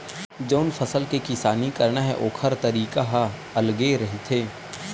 जउन फसल के किसानी करना हे ओखर तरीका ह अलगे रहिथे